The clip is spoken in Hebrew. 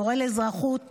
מורה לאזרחות